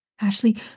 Ashley